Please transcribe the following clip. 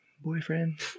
Boyfriend